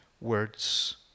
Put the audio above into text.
words